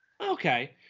Okay